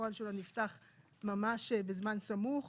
לפועל שלו נפתח ממש בזמן סמוך,